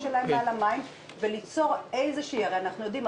שלהם מעל המים וליצור איזושהי הרי אנחנו יודעים,